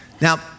Now